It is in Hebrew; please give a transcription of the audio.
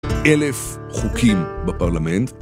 אלף חוקים בפרלמנט